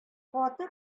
каты